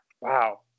wow